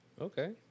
Okay